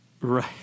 right